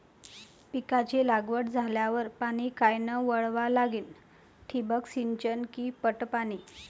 पिकाची लागवड झाल्यावर पाणी कायनं वळवा लागीन? ठिबक सिंचन की पट पाणी?